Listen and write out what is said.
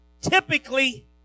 Typically